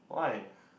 why